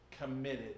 committed